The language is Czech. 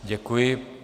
Děkuji.